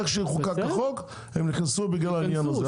איך שחוקק החוק הם נכנסו בגלל העניין הזה.